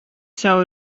savu